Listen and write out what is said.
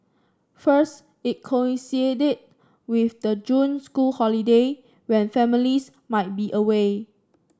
first it coincided with the June school holiday when families might be away